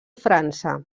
frança